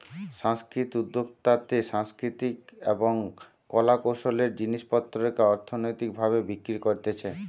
সাংস্কৃতিক উদ্যোক্তাতে সাংস্কৃতিক এবং কলা কৌশলের জিনিস পত্রকে অর্থনৈতিক ভাবে বিক্রি করতিছে